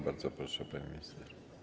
Bardzo proszę, pani minister.